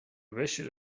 بشوره